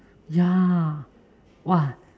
ya !wah!